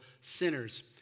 sinners